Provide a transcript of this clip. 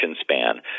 span